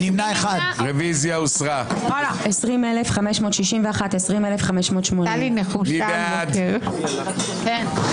היו מקרים מאוד מאוד בודדים, שתוך כדי